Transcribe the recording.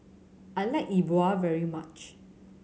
I like E Bua very much